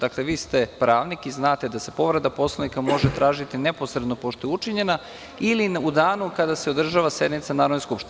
Dakle, vi ste pravnik i zante da se povreda Poslovnika može tražiti neposredno pošto je učinjena ili u danu kada se održava sednica Narodne skupštine.